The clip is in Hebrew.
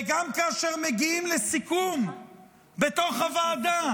וגם כאשר מגיעים לסיכום בתוך הוועדה,